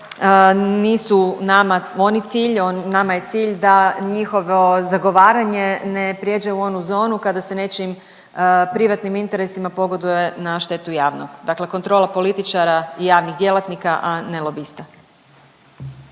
nisu nama oni cilj, nama je cilj da njihovo zagovaranje ne prijeđe u onu zonu kada se nečijim privatnim interesima pogoduje na štetu javnog, dakle kontrola političara i javnih djelatnika, a ne lobista.